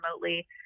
remotely